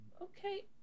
Okay